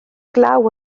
glaw